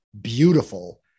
beautiful